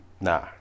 Nah